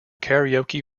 karaoke